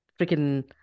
freaking